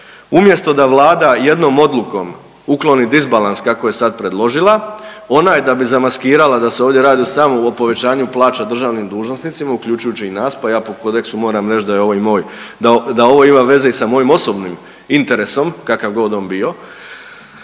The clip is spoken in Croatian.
umjesto da Vlada jednom odlukom ukloni disbalans kako je sad predložila ona je da bi zamaskirala da se ovdje radi samo o povećanju plaća državnim dužnosnicima uključujući i nas, pa ja po kodeksu moram reći da je ovo i moj, da ovo ima veze i sa mojim osobnim interesom kakav god on bio,